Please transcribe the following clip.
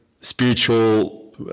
spiritual